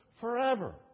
forever